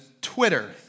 Twitter